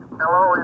hello